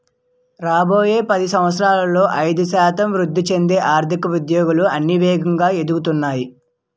రాబోయే పది సంవత్సరాలలో ఐదు శాతం వృద్ధి చెందే ఆర్థిక ఉద్యోగాలు అన్నీ వేగంగా ఎదుగుతున్నాయి